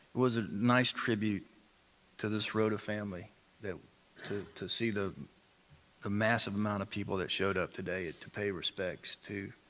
ah nice tribute to the serota family that to to see the ah massive amount of people that showed up today to pay respects to